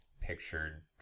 pictured